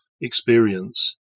experience